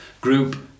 group